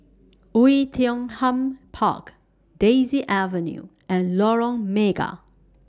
Oei Tiong Ham Park Daisy Avenue and Lorong Mega